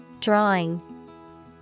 Drawing